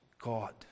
God